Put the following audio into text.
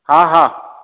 हा हा